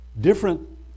different